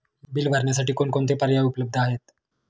Bill भरण्यासाठी कोणकोणते पर्याय उपलब्ध आहेत?